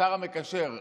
השר המקשר,